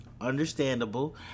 understandable